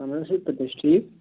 اَہَن حظ اَصٕل پٲٹھۍ تُہۍ چھِو ٹھیٖک